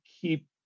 keep